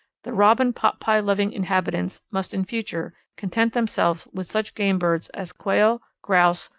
the robin-potpie-loving inhabitants must in future content themselves with such game birds as quail, grouse,